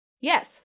Yes